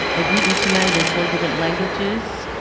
i greet you tonight in four different languages